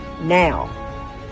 now